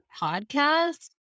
podcast